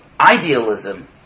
idealism